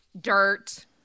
dirt